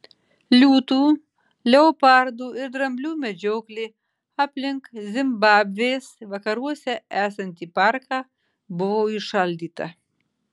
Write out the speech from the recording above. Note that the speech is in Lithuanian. liūtų leopardų ir dramblių medžioklė aplink zimbabvės vakaruose esantį parką buvo įšaldyta